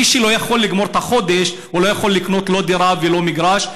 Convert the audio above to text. מי שלא יכול לגמור את החודש לא יכול לקנות לא דירה ולא מגרש.